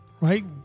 right